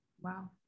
Wow